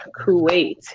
Kuwait